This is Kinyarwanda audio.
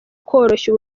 koroshya